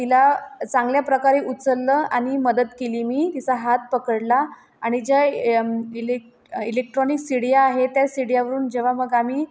तिला चांगल्या प्रकारे उचललं आणि मदत केली मी तिचा हात पकडला आणि ज्या इले इलेक्ट्रॉनिक शिड्या आहे त्या शिड्यावरून जेव्हा मग आम्ही